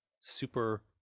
super